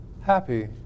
happy